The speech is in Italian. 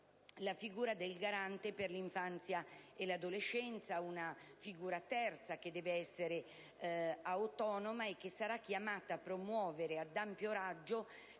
la figura del Garante per l'infanzia e l'adolescenza: una figura terza che deve essere autonoma e che sarà chiamata a promuovere ad ampio raggio